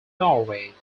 norway